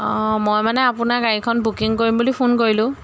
অঁ মই মানে আপোনাৰ গাড়ীখন বুকিং কৰিম বুলি ফোন কৰিলোঁ